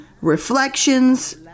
reflections